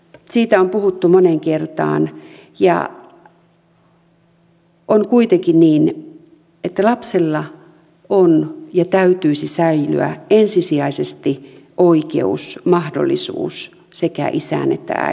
siitä on puhuttu moneen kertaan ja on kuitenkin niin että lapsella on ja täytyisi säilyä ensisijaisesti oikeus mahdollisuus sekä isään että äitiin